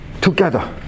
together